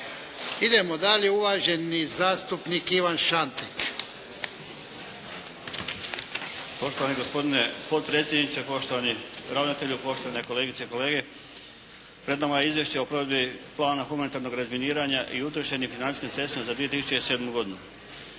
Idemo dalje. Uvaženi zastupnik Ivan Šantek. **Šantek, Ivan (HDZ)** Poštovani gospodine potpredsjedniče, poštovani ravnatelju, poštovane kolegice i kolege. Pred nama je Izvješće o provedbi plana humanitarnog razminiranja i utrošenim financijskim sredstvima za 2007. godinu.